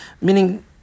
meaning